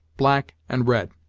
black, and red.